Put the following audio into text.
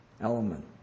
element